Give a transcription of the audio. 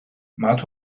მათ